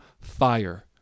fire